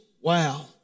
wow